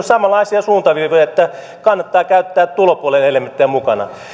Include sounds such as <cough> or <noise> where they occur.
<unintelligible> samanlaisia suuntaviivoja että kannattaa käyttää tulopuolen elementtejä mukana